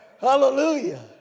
hallelujah